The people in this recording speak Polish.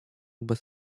bez